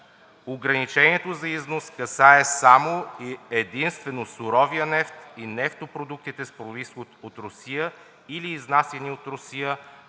Ограничението за износ касае само и единствено суровия нефт и нефтопродуктите с произход от Русия или изнасяни от Русия,